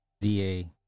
DA